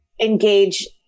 engage